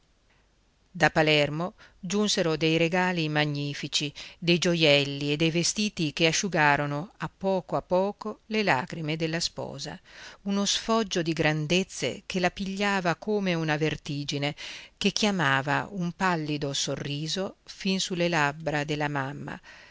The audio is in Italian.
da palermo giunsero dei regali magnifici dei gioielli e dei vestiti che asciugarono a poco a poco le lagrime della sposa uno sfoggio di grandezze che la pigliava come una vertigine che chiamava un pallido sorriso fin sulle labbra della mamma